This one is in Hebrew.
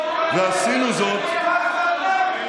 ועשינו זאת, זו הסתה לאורך שנים.